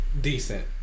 decent